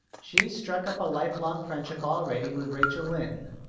she's struck up a lifelong friendship already with rachel lynde.